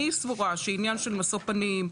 אני סבורה שעניין של משוא פנים,